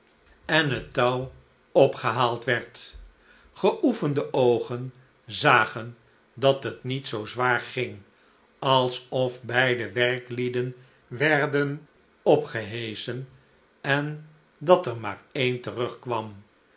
en net touw opgehaald werd geoefende oogen zagen dat het niet zoo zwaar ging alsof beide werklieden werden opgeheschen en dat er maar een terugkwam